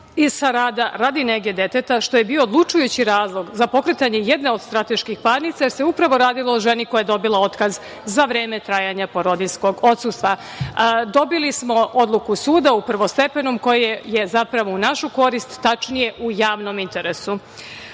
odsustva radi nege deteta, što je bio odlučujući razlog za pokretanje jedne od strateških parnica, jer se upravo radilo o ženi koja je dobila otkaz za vreme trajanja porodiljskog odsustva. Dobili smo odluku suda, prvostepenog, koja je zapravo u našu korist, tačnije u javnom interesu. Podneli